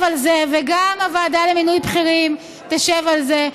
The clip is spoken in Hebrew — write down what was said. על זה וגם הוועדה למינוי בכירים תשב על זה.